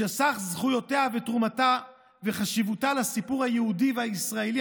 שסך זכויותיה ותרומתה וחשיבותה לסיפור היהודי והישראלי